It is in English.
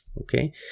Okay